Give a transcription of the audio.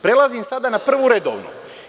Prelazim sada na prvu redovnu.